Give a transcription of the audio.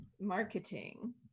marketing